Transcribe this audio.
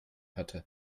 hatte